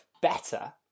better